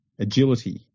agility